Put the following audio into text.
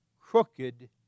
crooked